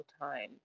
time